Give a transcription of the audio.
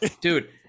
Dude